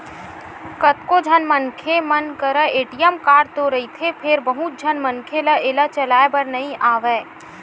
कतको झन मनखे मन करा ए.टी.एम कारड तो रहिथे फेर बहुत झन मनखे ल एला चलाए बर नइ आवय